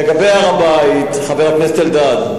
לגבי הר-הבית, חבר הכנסת אלדד,